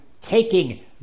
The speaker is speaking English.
taking